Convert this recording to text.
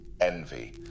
envy